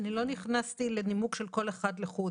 אני לא נכנסתי לנימוק של כל אחד לחוד.